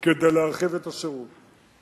כדי להרחיב את השירות.